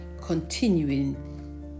continuing